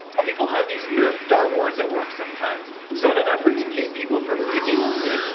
people have these nerf dart wars at work sometimes, so in an effort to keep people from picking on me,